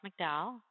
McDowell